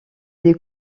des